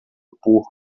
por